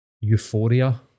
euphoria